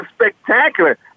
spectacular